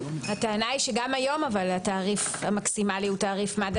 הטענה היא שגם היום התעריף המקסימלי הוא תעריף מד"א,